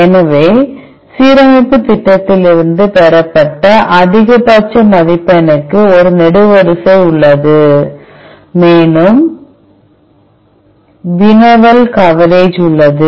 எனவே சீரமைப்பு திட்டத்திலிருந்து பெறப்பட்ட அதிகபட்ச மதிப்பெண்ணுக்கு ஒரு நெடுவரிசை உள்ளது மேலும் வினவல் கவரேஜ் உள்ளது